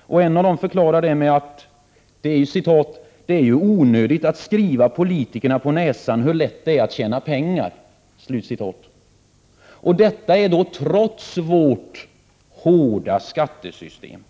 och en av dem förklarar detta med att ”det är ju onödigt att skriva politikerna på näsan hur lätt det är att tjäna pengar” — och detta trots vårt ”hårda” skattesystem.